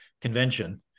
convention